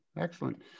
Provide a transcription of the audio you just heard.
excellent